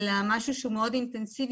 זה משהו שהוא מאוד אינטנסיבי,